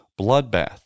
bloodbath